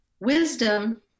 wisdom